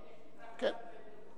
להיבדק.